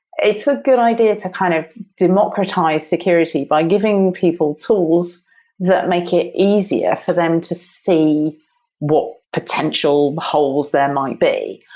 it's a good idea to kind of democratize security by giving people tools that make it easier for them to see what potential holes there might be,